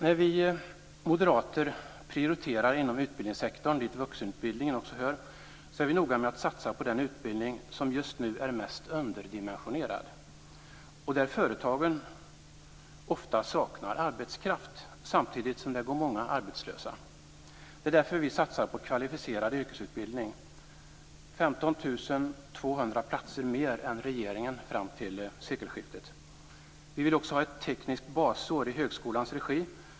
När vi moderater prioriterar inom utbildningssektorn, dit vuxenutbildningen också hör, är vi noga med att satsa på den utbildning som just nu är mest underdimensionerad, områden där företagen ofta saknar arbetskraft samtidigt som många går arbetslösa. Det är därför vi satsar på kvalificerad yrkesutbildning. Vi vill ha 15 200 platser mer än regeringen fram till sekelskiftet. Vi vill också ha ett tekniskt basår i högskolans regi.